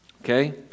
Okay